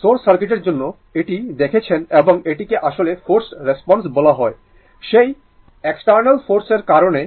source সার্কিটের জন্য এটি দেখেছেন এবং এটিকে আসলে ফোর্সড রেসপন্স বলা হয় সেই এক্সটার্নাল ফোর্সের কারণে